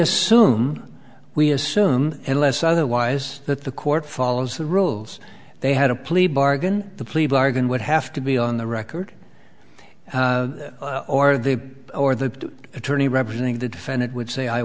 assume we assume unless otherwise that the court follows the rules they had a plea bargain the plea bargain would have to be on the record or the or the attorney representing the defendant would say i